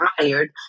tired